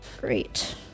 Great